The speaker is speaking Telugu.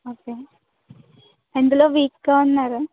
ఓకే ఎందులో వీక్గా ఉన్నాడు